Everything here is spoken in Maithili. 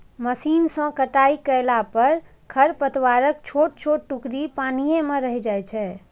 मशीन सं कटाइ कयला पर खरपतवारक छोट छोट टुकड़ी पानिये मे रहि जाइ छै